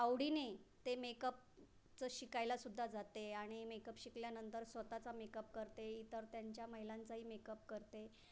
आवडीने ते मेकअपचं शिकायलासुद्धा जाते आणि मेकअप शिकल्यानंतर स्वत चा मेकअप करते इतर त्यांच्या महिलांचाही मेकअप करते